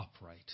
upright